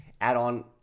add-on